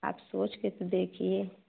आप सोच के तो देखिए